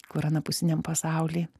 kur anapusiniam pasauly